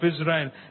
Israel